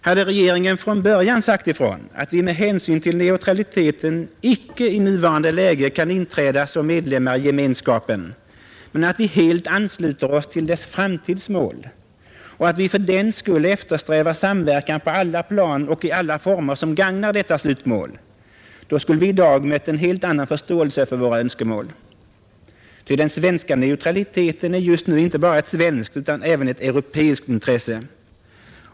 Hade regeringen från början sagt ifrån att vi med hänsyn till neutraliteten icke i nuvarande läge kan inträda som medlem i Gemenskapen men att vi helt ansluter oss till dess framtidsmål och att vi fördenskull eftersträvar samverkan på alla plan och i alla de former, som gagnar detta slutmål, då skulle vi i dag möta en helt annan förståelse för våra önskemål. Ty den svenska neutraliteten är just nu inte bara ett svenskt utan även ett europeiskt intresse.